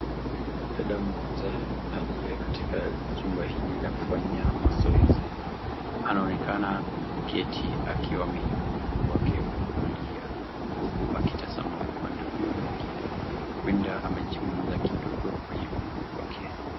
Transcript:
Dada mmoja liye katika jumba hili la kufanyia mazoezi anaonekana kuketi akiwa ameinua mguu wake wa kulia huku akitazama upande huu mwingine huenda amejiumiza kidogo kwenye mguu wake.